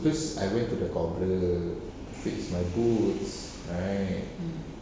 because I went to the cobbler bukit maju right